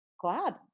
glad